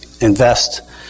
invest